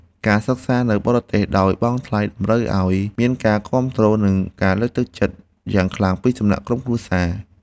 ការសិក្សានៅបរទេសដោយបង់ថ្លៃតម្រូវឱ្យមានការគាំទ្រនិងការលើកទឹកចិត្តយ៉ាងខ្លាំងពីសំណាក់ក្រុមគ្រួសារ។